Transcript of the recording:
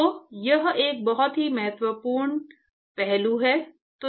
तो यह एक बहुत ही महत्वपूर्ण पहलू है